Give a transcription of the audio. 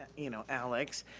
you know, alex,